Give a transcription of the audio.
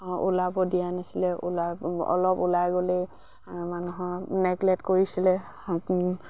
ওলাব দিয়া নাছিলে ওলাই অলপ ওলাই গ'লে মানুহৰ নেকলেক কৰিছিলে